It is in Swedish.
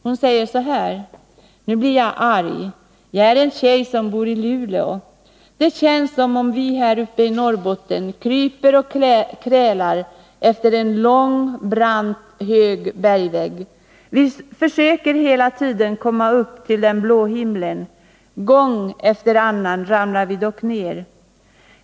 Hon säger så här: ”Nu blir jag arg. Jag är en tjej som bor i Luleå. Det känns som om vi här uppe i Norrbotten kryper och krälar efter en lång, brant och hög bergvägg. Vi försöker hela tiden komma upp till den blå himlen. Gång efter annan ramlar vi dock ner.